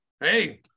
hey